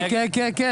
כן.